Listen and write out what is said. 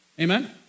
Amen